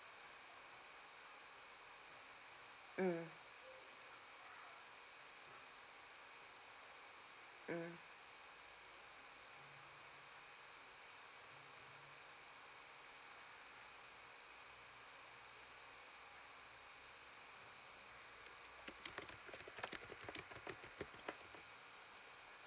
mm mm